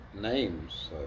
names